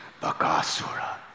Bakasura